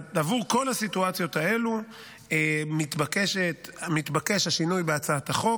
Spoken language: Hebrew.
עבור כל הסיטואציות האלה מתבקש השינוי בהצעת החוק,